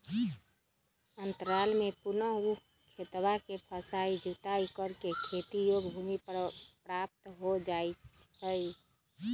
अंतराल में पुनः ऊ खेतवा के सफाई जुताई करके खेती योग्य भूमि प्राप्त हो जाहई